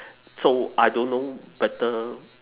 so I don't know whether